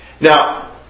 Now